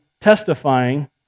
testifying